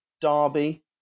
Derby